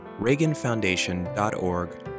reaganfoundation.org